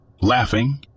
Laughing